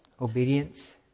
obedience